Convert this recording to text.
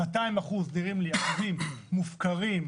200% נראים לי אחוזים מופקרים,